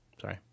sorry